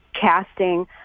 casting